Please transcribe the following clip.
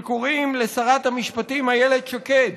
שקוראים לשרת המשפטים איילת שקד